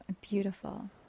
beautiful